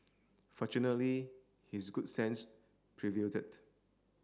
fortunately his good sense